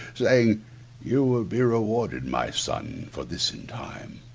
saying you will be rewarded, my son, for this in time.